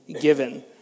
given